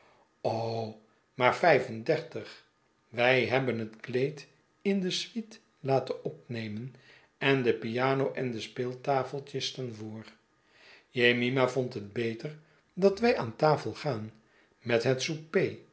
maar vijf en dertig wy hebben het kleed in de suite laten opnemen en de piano en de speeltafeltjes staan voor jemima vond het beter dat wij aan tafel gaan met het